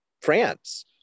France